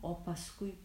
o paskui